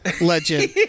legend